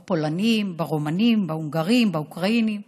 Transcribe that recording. בפולנים, ברומנים, בהונגרים, באוקראינים.